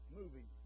movie